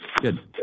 Good